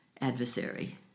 adversary